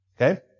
Okay